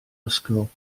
ysgol